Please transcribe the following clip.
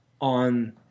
on